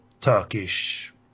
Turkish